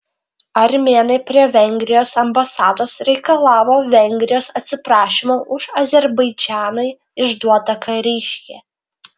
armėnai prie vengrijos ambasados reikalavo vengrijos atsiprašymo už azerbaidžanui išduotą kariškį